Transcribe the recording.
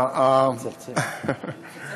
אני יודע שאתה בעד.